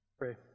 pray